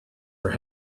for